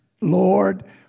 Lord